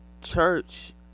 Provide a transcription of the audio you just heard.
church